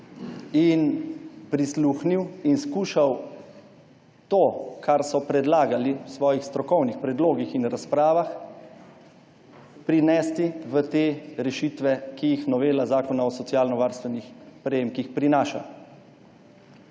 In prisluhnil in skušal to, kar so predlagale v svojih strokovnih predlogih in razpravah, prinesti v te rešitve, ki jih novela Zakona o socialnovarstvenih prejemkih prinaša.